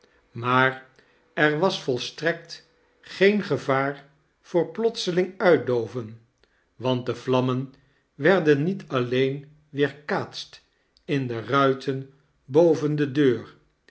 maar er was volstrekt geen gevaar voor plotseling uitdooven want de vlammen warden niet alleen weerkaatet in die ruiten boven de deur